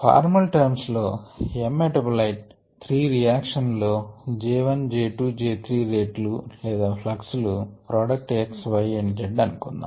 formal terms లో M metabolite 3 reaction లు లో J1 J 2 and J 3 rate లు లేదా ప్లక్స్ లు products X Y and Z అనుకుందాము